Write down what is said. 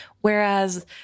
Whereas